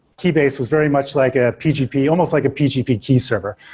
keybase was very much like a pgp, almost like a pgp key server.